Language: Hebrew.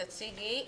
תציגי,